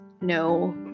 no